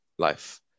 Life